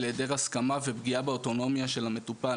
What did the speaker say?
היעדר הסכמה ופגיעה באוטונומיה של המטופל.